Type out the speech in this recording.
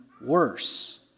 worse